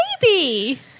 baby